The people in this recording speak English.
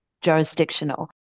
jurisdictional